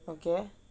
okay